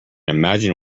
imagine